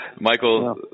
Michael